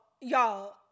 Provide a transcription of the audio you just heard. y'all